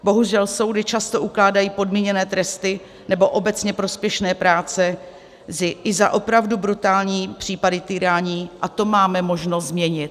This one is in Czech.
Bohužel soudy často ukládají podmíněné tresty nebo obecně prospěšné práce i za opravdu brutální případy týrání a to máme možnost změnit.